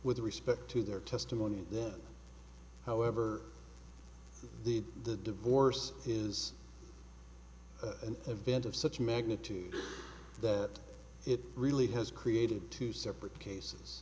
with respect to their testimony however the the divorce is an event of such magnitude that it really has created two separate cases